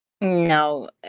No